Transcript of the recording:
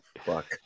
Fuck